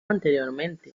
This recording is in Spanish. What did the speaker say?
anteriormente